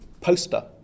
poster